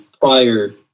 prior